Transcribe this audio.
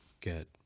get